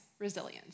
resilience